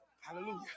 Hallelujah